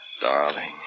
Darling